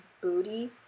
booty